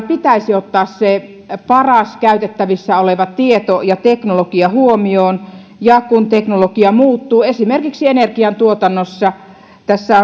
pitäisi ottaa se paras käytettävissä oleva tieto ja teknologia huomioon ja kun teknologia muuttuu esimerkiksi energiantuotannossa tässä